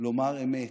לומר אמת,